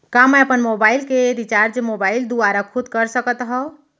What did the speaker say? का मैं अपन मोबाइल के रिचार्ज मोबाइल दुवारा खुद कर सकत हव?